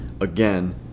again